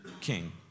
king